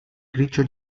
grigio